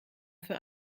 für